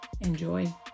Enjoy